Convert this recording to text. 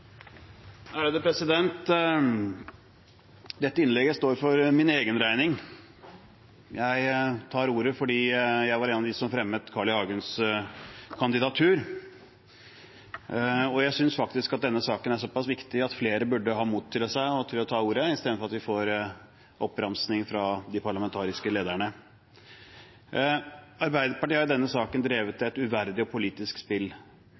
Dette innlegget står for min egen regning. Jeg tar ordet fordi jeg var en av dem som fremmet Carl I. Hagens kandidatur, og jeg synes faktisk at denne saken er såpass viktig at flere burde ha mot i seg til å ta ordet istedenfor at vi får oppramsing fra de parlamentariske lederne. Arbeiderpartiet har i denne saken drevet et uverdig og politisk spill